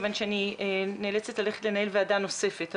כיוון שאני נאלצת ללכת לנהל ועדה נוספת.